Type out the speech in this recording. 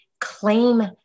claim